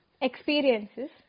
experiences